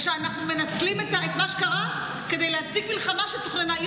ושאנחנו מנצלים את מה שקרה כדי להצדיק מלחמה שתוכננה.